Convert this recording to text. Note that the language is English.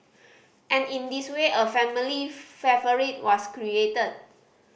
and in this way a family favourite was created